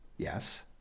Yes